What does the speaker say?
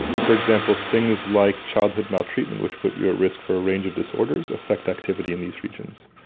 for example, things like childhood maltreatment which put you at risk for a range of disorders, affect activity in these regions.